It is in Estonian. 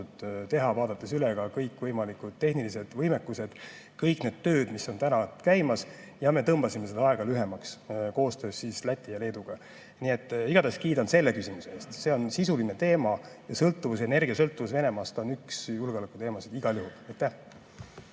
vaadates üle kõikvõimalikud tehnilised võimekused, kõik need tööd, mis on praegu käimas. Ja me tõmbasime seda aega lühemaks koostöös Läti ja Leeduga. Nii et igatahes kiidan selle küsimuse eest, see on sisuline teema. Energiasõltuvus Venemaast on üks julgeolekuteemasid igal juhul.